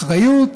אחריות,